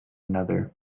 another